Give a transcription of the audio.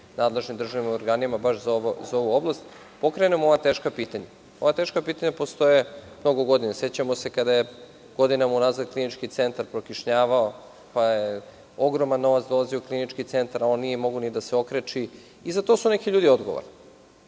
nadležnim državnim organima baš za ovu oblast, pokrenemo ova teška pitanja. Ova teška pitanja postoje mnogo godina. Sećamo se kada je godinama unazad Klinički centar prokišnjavao, pa je ogroman novac dolazio u Klinički centar, a on nije mogao ni da se okreči. I za to su neki ljudi odgovorni